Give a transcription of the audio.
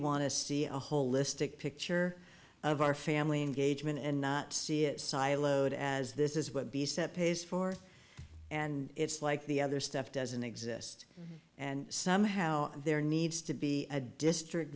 to see a holistic picture of our family engagement and not see it siloed as this is what the set pays for and it's like the other stuff doesn't exist and somehow there needs to be a district